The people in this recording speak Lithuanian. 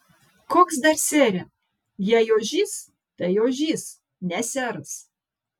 koks dar sere jei ožys tai ožys ne seras